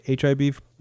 HIV